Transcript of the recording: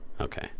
Okay